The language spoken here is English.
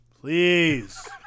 Please